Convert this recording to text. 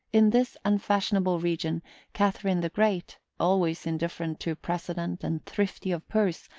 in this unfashionable region catherine the great, always indifferent to precedent and thrifty of purse,